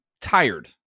tired